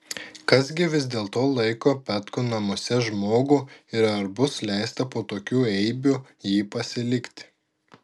kas gi vis dėlto laiko petkų namuose žmogų ir ar bus leista po tokių eibių jį pasilikti